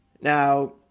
Now